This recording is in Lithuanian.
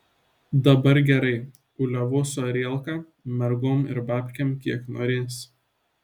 dabar gerai uliavos su arielka mergom ir babkėm kiek norės